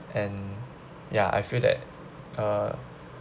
and ya I feel that uh